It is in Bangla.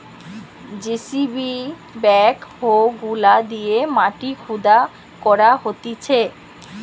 যেসিবি ব্যাক হো গুলা দিয়ে মাটি খুদা করা হতিছে